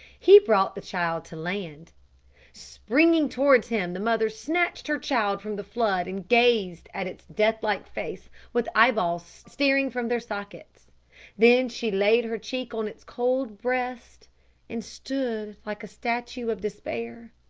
he brought the child to land springing towards him, the mother snatched her child from the flood and gazed at its death-like face with eyeballs starting from their sockets then she laid her cheek on its cold breast and stood like a statue of despair.